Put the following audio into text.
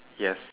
yes